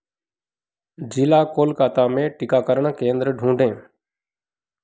जिला कोलकाता में टीकाकरण केंद्र ढूँढें